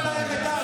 לגמור להם את העתיד.